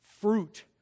fruit